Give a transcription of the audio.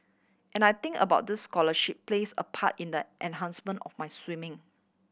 and I think about this scholarship plays a part in the enhancement of my swimming